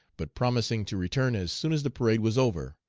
but promising to return as soon as the parade was over,